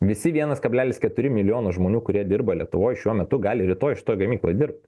visi vienas kablelis keturi milijono žmonių kurie dirba lietuvoj šiuo metu gali rytoj šitoj gamykloj dirbt